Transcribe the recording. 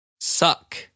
Suck